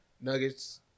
Nuggets